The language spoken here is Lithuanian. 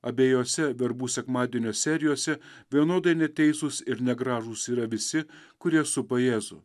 abejose verbų sekmadienio serijose vienodai neteisūs ir negražūs yra visi kurie supa jėzų